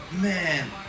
man